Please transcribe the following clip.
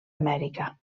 amèrica